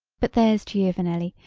but there's giovanelli,